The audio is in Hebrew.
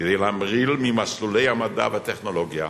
כדי להמריא ממסלולי המדע והטכנולוגיה